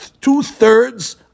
two-thirds